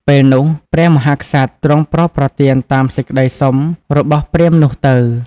ពេលនោះព្រះមហាក្សត្រទ្រង់ប្រោសប្រទានតាមសេចក្តីសុំរបស់ព្រាហ្មណ៍នោះទៅ ។